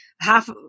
half